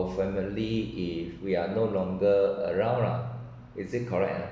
family if we are no longer around lah is it correct ah